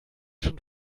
schon